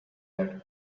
that